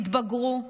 תתבגרו,